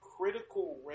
critical